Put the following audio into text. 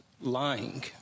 lying